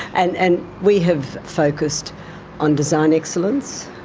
and and we have focused on design excellence.